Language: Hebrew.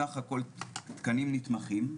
סך הכל תקנים נתמכים.